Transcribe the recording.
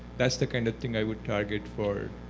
that's the kind of thing i would target for.